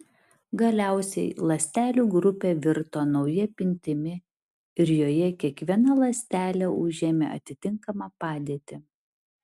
galiausiai ląstelių grupė virto nauja pintimi ir joje kiekviena ląstelė užėmė atitinkamą padėtį